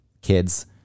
kids